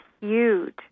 huge